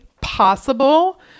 possible